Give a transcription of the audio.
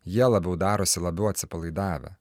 jie labiau darosi labiau atsipalaidavę